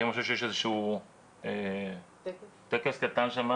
היום אני חושב שיש טקס קטן שם,